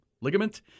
ligament